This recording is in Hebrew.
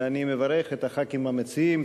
ואני מברך את חברי הכנסת המציעים.